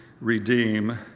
redeem